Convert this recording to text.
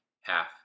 Half